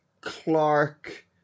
Clark